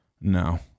no